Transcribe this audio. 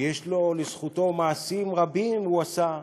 יש לזכותו מעשים רבים שהוא עשה,